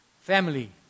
family